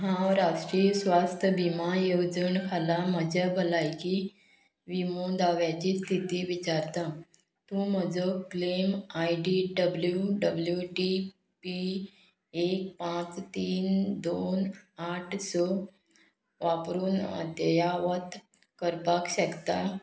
हांव राष्ट्रीय स्वास्थ विमा येवजण खाला म्हज्या भलायकी विमो दाव्याची स्थिती विचारता तूं म्हजो claim ID W W T P एक पांच तीन दोन आठ स वापरून अध्यावत करपाक शकता